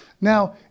Now